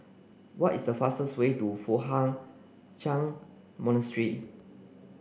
what is the fastest way to Foo Hai Ch'an Monastery